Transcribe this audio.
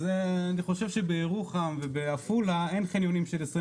אז אני חושב שבירוחם ובעפולה אין חניונים של 25